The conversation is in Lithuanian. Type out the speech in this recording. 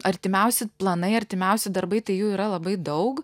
artimiausi planai artimiausi darbai tai jų yra labai daug